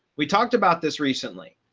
we talked about this recently.